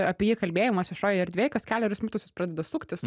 apie jį kalbėjimas viešojoj erdvėj kas kelerius metus jis pradeda suktis